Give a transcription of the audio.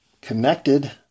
connected